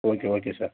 okay okay sir